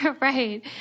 Right